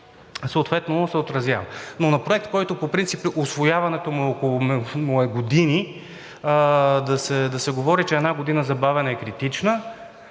съответно се отразява. Но на Проект, който по принцип усвояването му е години, да се говори, че една година забавяне е критична,